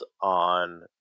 on